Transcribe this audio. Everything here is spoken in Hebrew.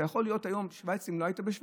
אתה יכול להיות היום שווייצרי אם לא היית בשווייץ?